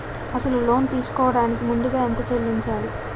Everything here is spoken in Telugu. అసలు లోన్ తీసుకోడానికి ముందుగా ఎంత చెల్లించాలి?